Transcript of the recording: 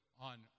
on